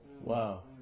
Wow